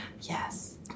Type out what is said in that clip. Yes